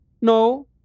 no